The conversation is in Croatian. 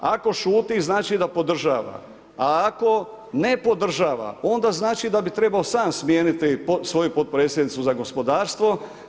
Ako šuti znači da podržava, a ako ne podržava, onda znači da bi trebao sam smijeniti, svoju potpredsjednicu za gospodarstvo.